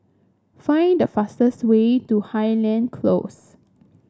find the fastest way to Highland Close